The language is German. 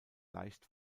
leicht